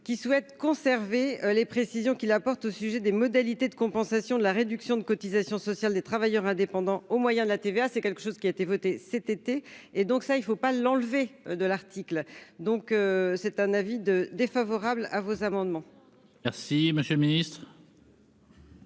Qui souhaite conserver les précisions qu'il apporte au sujet des modalités de compensation de la réduction de cotisations sociales des travailleurs indépendants au moyen de la TVA, c'est quelque chose qui a été votée cet été et donc ça, il ne faut pas l'enlever de l'article, donc c'est un avis de défavorable à vos amendements. Merci, monsieur le Ministre.